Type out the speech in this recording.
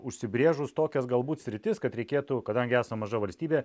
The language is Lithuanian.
užsibrėžus tokias galbūt sritis kad reikėtų kadangi esam maža valstybė